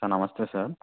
sir నమస్తే sir